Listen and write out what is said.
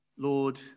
Lord